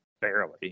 barely